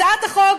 הצעת החוק,